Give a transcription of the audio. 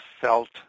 felt